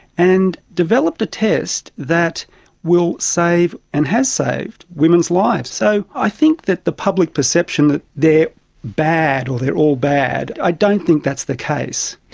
and developed a test that will save and has saved women's lives. so i think that the public perception that they are bad or they are all bad, i don't think that's the case.